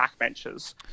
backbenchers